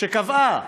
שקבעה